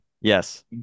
Yes